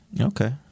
Okay